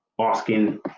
asking